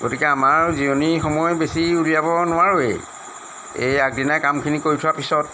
গতিকে আমাৰ জিৰণি সময় বেছি উলিয়াব নোৱাৰোঁৱেই এই আগদিনা কামখিনি কৰি থোৱাৰ পিছত